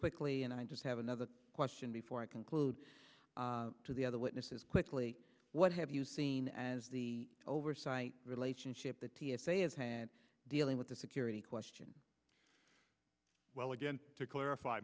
quickly and i just have another question before i conclude to the other witnesses quickly what have you seen as the oversight relationship the t s a is dealing with the security question well again to clarify